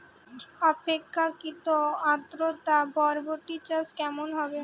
আপেক্ষিক আদ্রতা বরবটি চাষ কেমন হবে?